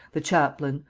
the chaplain,